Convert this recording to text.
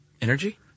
energy